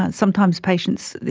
ah sometimes patients,